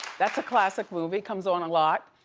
that's a classic movie, comes on a lot,